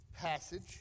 passage